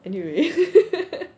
anyway